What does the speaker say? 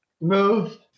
Move